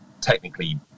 technically